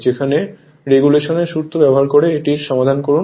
যেখানে রেগুলেশন এর সূত্র ব্যবহার করে এটির সমাধান করুন